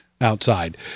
outside